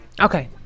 Okay